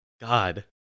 God